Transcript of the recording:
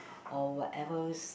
or whatever